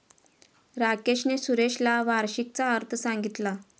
राकेशने सुरेशला वार्षिकीचा अर्थ सांगितला